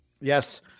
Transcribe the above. Yes